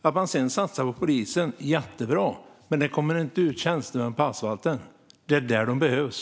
Att ni satsar på polisen är jättebra, men tjänstemännen kommer inte ut på asfalten där de behövs.